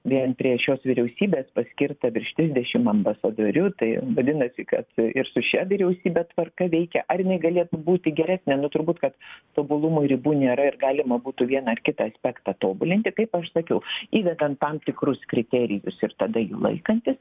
vien prie šios vyriausybės paskirta virš trisdešimt ambasadorių tai vadinasi kad ir su šia vyriausybe tvarka veikia ar jinai galėtų būti geresnė nu turbūt kad tobulumui ribų nėra ir galima būtų viena ar kitą aspektą tobulinti kaip aš sakiau įvedant tam tikrus kriterijus ir tada jų laikantis